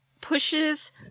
pushes